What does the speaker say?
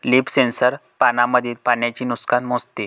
leaf sensor पानांमधील पाण्याचे नुकसान मोजते